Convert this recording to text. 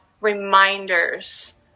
reminders